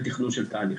על תכנון של תהליך.